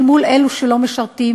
אל מול אלה שלא משרתים.